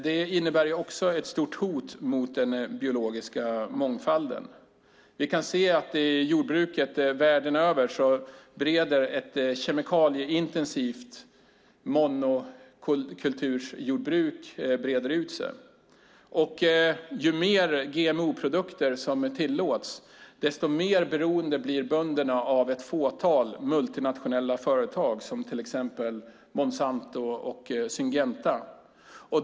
De innebär också ett stort hot mot den biologiska mångfalden. Vi kan se att i jordbruken världen över breder ett kemikalieintensivt monokulturjordbruk ut sig. Ju mer GMO-produkter som tillåts, desto mer beroende blir bönderna av ett fåtal multinationella företag, till exempel Monsanto och Syngenta.